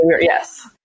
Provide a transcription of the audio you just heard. Yes